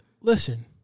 Listen